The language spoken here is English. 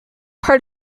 part